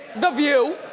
the view,